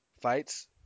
fights